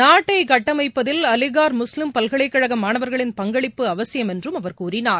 நாட்டை கட்டனமப்பதில் அலினா் முஸ்லீம் பல்கலைக்கழக மாணவா்களின் பங்களிப்பு அவசியம் என்றும் அவர் கூறினார்